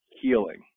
healing